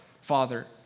Father